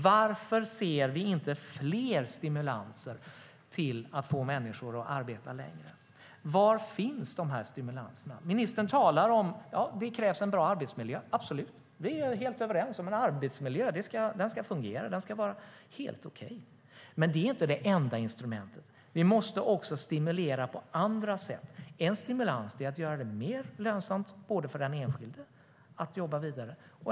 Varför ser vi inte fler stimulanser till att få människor att arbeta längre? Var finns dessa stimulanser? Ministern talar om att det krävs en bra arbetsmiljö. Absolut, det är vi helt överens om. Arbetsmiljön ska fungera och vara helt okej. Men det är inte det enda instrumentet. Vi måste också stimulera på andra sätt. En stimulans är att göra det mer lönsamt för den enskilde att jobba vidare.